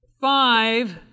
five